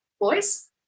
boys